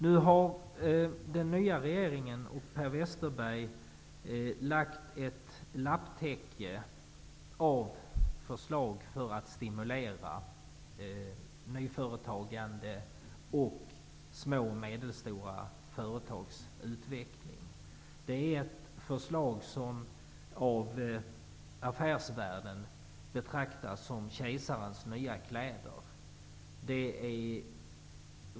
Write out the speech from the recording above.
Nu har den nya regeringen och Per Westerberg lagt ett lapptäcke av förslag för att stimulera nyföretagande och små och medelstora företags utveckling. Det är ett förslag som av affärsvärlden betraktas som kejsarens nya kläder.